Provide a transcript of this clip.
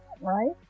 right